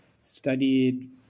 studied